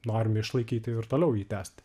norime išlaikyti ir toliau jį tęsti